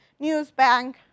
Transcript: Newsbank